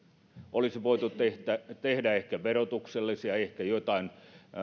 olisi voitu tehdä tehdä ehkä verotuksellisia ehkä joitain